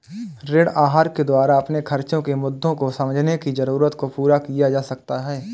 ऋण आहार के द्वारा अपने खर्चो के मुद्दों को समझने की जरूरत को पूरा किया जा सकता है